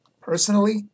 personally